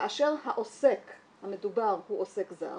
כאשר העוסק המדובר הוא עוסק זר